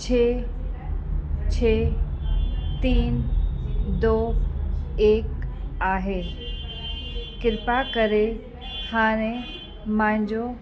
छह छह तीन दो एक आहे कृपा करे हाणे मुंहिंजो